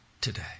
today